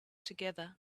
together